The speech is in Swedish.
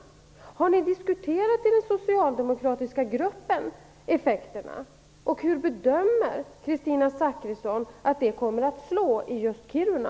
Har ni diskuterat effekterna i den socialdemokratiska gruppen, och hur bedömer Kristina Zakrisson att de kommer att slå i just Kiruna?